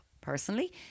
personally